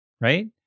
right